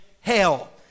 hell